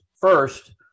First